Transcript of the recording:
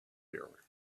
here